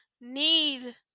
need